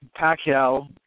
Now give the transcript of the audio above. Pacquiao